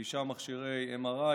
תשעה מכשירי MRI,